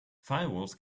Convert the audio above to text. firewalls